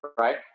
right